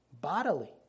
Bodily